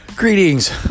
Greetings